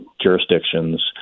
jurisdictions